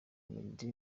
meddy